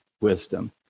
wisdom